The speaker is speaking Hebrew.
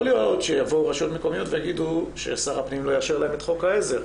יכול להיות שהרשויות יגידו ששר הפנים לא יאשר להם את חוק העזר,